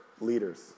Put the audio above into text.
leaders